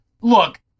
look